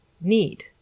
need